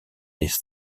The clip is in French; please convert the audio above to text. des